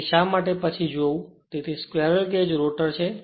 તેથી શા માટે પછીથી જોવું તેથી આ સ્ક્વેરલ કેજ રોટર છે